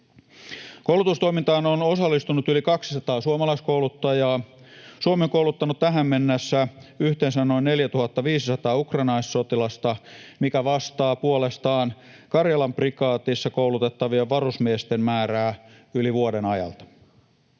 Koulutustoimintaan on osallistunut yli 200 suomalaiskouluttajaa. Suomi on kouluttanut tähän mennessä yhteensä noin 4 500 ukranainalaissotilasta, mikä vastaa puolestaan Karjalan prikaatissa koulutettavien varusmiesten määrää yli vuoden ajalta.